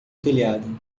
telhado